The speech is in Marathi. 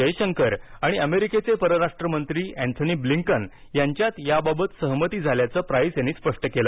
जयशंकर आणि अमेरिकेचे परराष्ट्रमंत्री अँथनी ब्लिंकन यांच्यात याबाबत सहमती झाल्याचं प्राइस यांनी स्पष्ट केलं